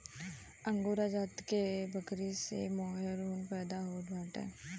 angora जाति क बकरी से मोहेर ऊन पैदा होत बाटे